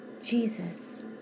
Jesus